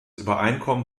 übereinkommen